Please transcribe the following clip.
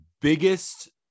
biggest